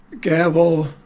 Gavel